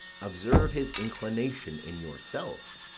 observe his inclination in yourself.